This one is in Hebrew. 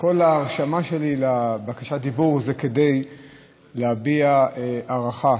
כל ההרשמה לבקשת דיבור זה כדי להביע הערכה